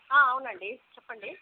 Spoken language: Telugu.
అవునండీ చెప్పండి